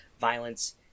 violence